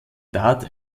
tat